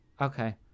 okay